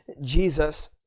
Jesus